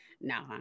No